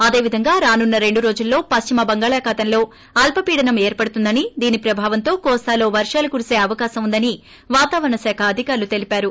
అదేవిధంగా రానున్న రెండు రోజుల్లో పశ్చిమ బంగాళాఖాతంలో అల్పపీడనం ఏర్పడుతుందని దీని ప్రభావంతో కోస్తాలో వర్షాలు కురిసీ అవకాశం ఉందని వాతావరణ శాఖ అధికారులు తెలిపారు